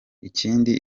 ikindi